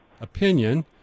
opinion